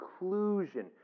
inclusion